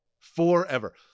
Forever